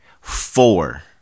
four